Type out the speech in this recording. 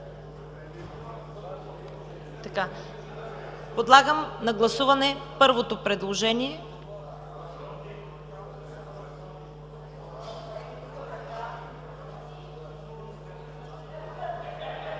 Подлагам на гласуване направеното предложение